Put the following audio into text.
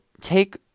take